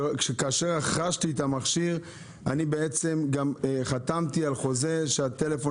כאשר רכשתי את המכשיר גם חתמתי על חוזה שהטלפון